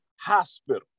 hospital